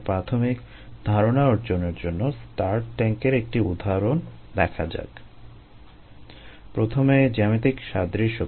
প্রথমে জ্যামিতিক সাদৃশ্যতা